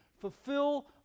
Fulfill